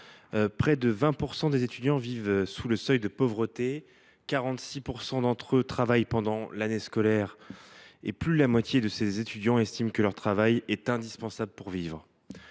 Près de 20 % des étudiants vivent sous le seuil de pauvreté ; 46 % d’entre eux travaillent pendant l’année scolaire ; et plus de la moitié estiment que leur travail est indispensable pour s’en